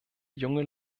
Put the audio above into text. junge